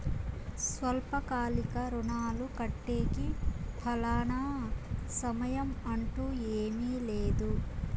స్వల్పకాలిక రుణాలు కట్టేకి ఫలానా సమయం అంటూ ఏమీ లేదు